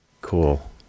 Cool